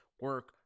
Work